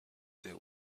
deal